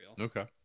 Okay